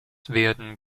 werden